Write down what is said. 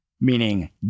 meaning